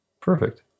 Perfect